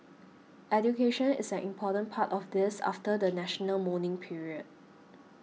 education is an important part of this after the national mourning period